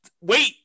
wait